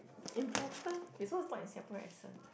important wait so it's not in Singaporean accent